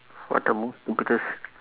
what the most stupidest